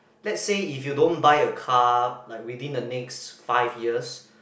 let say if you don't buy a car like within the next five years